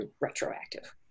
retroactive